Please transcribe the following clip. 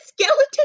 skeleton